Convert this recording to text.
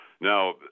Now